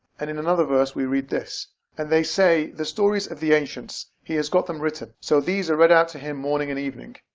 and in another verse we read this and they say the stories of the ancients he has got them written so these are read out to him morning and evening.